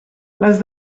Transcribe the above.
les